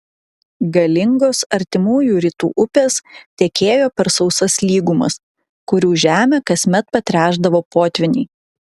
galingos artimųjų rytų upės tekėjo per sausas lygumas kurių žemę kasmet patręšdavo potvyniai